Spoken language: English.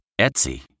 Etsy